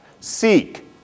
seek